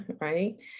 right